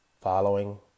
Following